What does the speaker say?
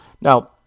Now